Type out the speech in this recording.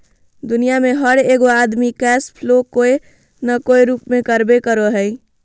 दुनिया में हर एगो आदमी कैश फ्लो कोय न कोय रूप में करबे करो हइ